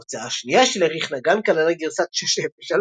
ההוצאה השנייה של אריך נגן כללה גרסת 603,